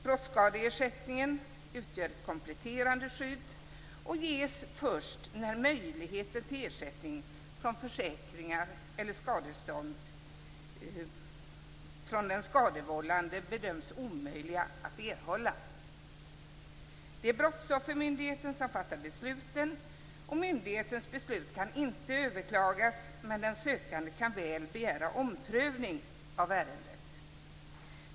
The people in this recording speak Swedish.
Brottsskadeersättningen utgör ett kompletterande skydd och ges först när det bedöms omöjligt att erhålla ersättning från försäkringar eller skadestånd från den skadevållande. Det är Brottsoffermyndigheten som fattar besluten. Myndighetens beslut kan inte överklagas, men den sökande kan väl begära omprövning av ärendet.